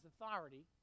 authority